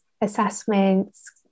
assessments